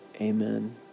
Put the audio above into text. Amen